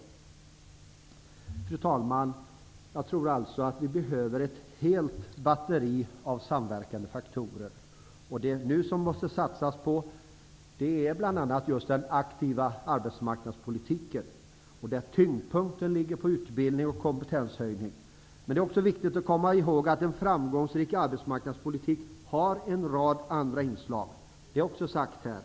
Fru talman! Jag tror alltså att vi hehöver ett helt batteri av samverkande faktorer. Det vi nu måste satsa på är bl.a. just den aktiva arbetsmarknadspolitiken, där tyngdpunkten skall ligga på utbildning och kompetenshöjning. Det är också viktigt att komma ihåg att en framgångsrik arbetsmarknadspolitik har en rad andra inslag. Det har också sagts här.